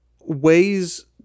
ways